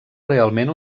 realment